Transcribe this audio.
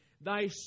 thy